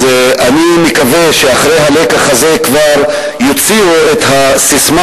אני מקווה שאחרי הלקח הזה כבר יוציאו את הססמה